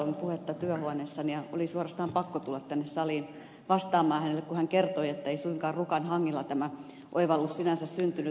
alatalon puhetta työhuoneessani ja oli suorastaan pakko tulla tänne saliin vastaamaan hänelle kun hän kertoi ettei suinkaan rukan hangilla tämä oivallus sinänsä syntynyt